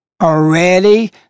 Already